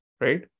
right